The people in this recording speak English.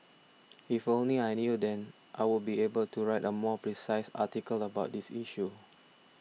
if only I knew then I would be able to write a more precise article about this issue